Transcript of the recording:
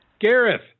Gareth